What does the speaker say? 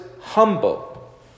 humble